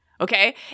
Okay